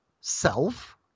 self